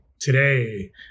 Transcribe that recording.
today